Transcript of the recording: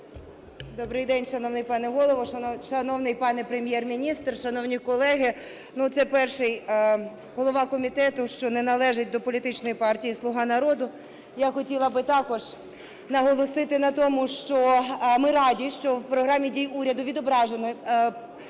Добрий день, шановний пане Голово, шановний пане Прем'єр-міністр, шановні колеги! Ну, це перший голова комітету, що не належить до політичної партії "Слуга народу". Я хотіла би також наголосити на тому, що ми раді, що в Програмі дій уряду відображено